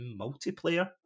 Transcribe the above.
multiplayer